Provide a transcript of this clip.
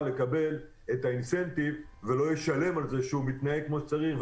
לקבל את האינסנטיב ולא ישלם על כך שהוא מתנהל כמו שצריך,